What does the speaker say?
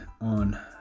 on